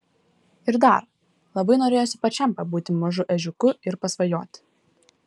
ir dar labai norėjosi pačiam pabūti mažu ežiuku ir pasvajoti